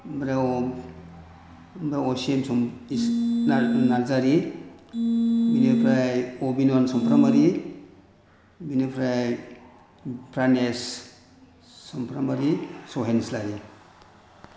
ओमफ्राय नार्जारि बेनिफ्राय अबिन'न सुमफ्रामारि बेनिफ्राय प्रानेस सुमफ्रामारि सहेन इस्लारि